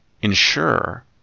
ensure